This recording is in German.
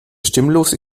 stimmlose